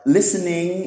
Listening